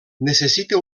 necessita